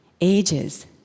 ages